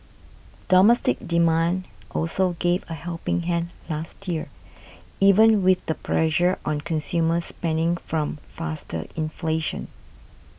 domestic demand also gave a helping hand last year even with the pressure on consumer spending from faster inflation